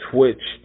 Twitch